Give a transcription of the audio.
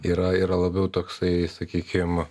yra yra labiau toksai sakykim